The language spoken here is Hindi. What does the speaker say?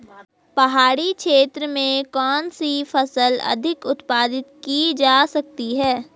पहाड़ी क्षेत्र में कौन सी फसल अधिक उत्पादित की जा सकती है?